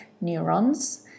neurons